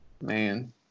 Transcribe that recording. man